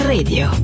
Radio